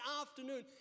afternoon